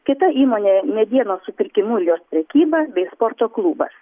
kita įmonė medienos supirkimu ir jos prekyba bei sporto klubas